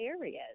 areas